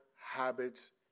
habits